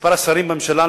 מספר השרים בממשלה,